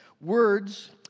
words